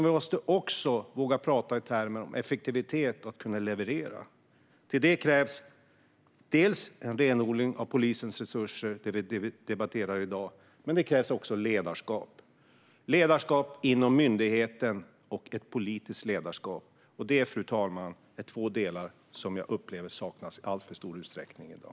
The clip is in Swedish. Vi måste också våga prata i termer av effektivitet och att kunna leverera. För det krävs dels en renodling av polisens uppgifter, dels ledarskap inom myndigheten och politiskt ledarskap. Det, fru talman, är två delar som jag upplever saknas i alltför stor utsträckning i dag.